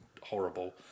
horrible